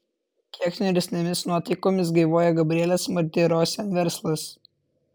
kiek niūresnėmis nuotaikomis gyvuoja gabrielės martirosian verslas